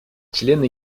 члены